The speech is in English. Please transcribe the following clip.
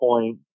point